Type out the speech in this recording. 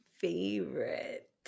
favorite